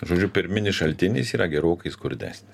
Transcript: žodžiu pirminis šaltinis yra gerokai skurdesnis